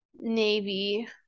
Navy